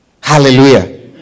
Hallelujah